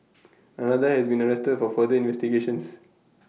another has been arrested for further investigations